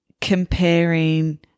comparing